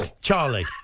Charlie